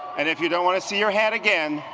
and if you don't want to see your hat again,